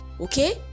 Okay